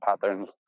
patterns